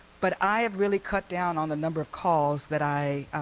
but i have really cut down on the number of calls that i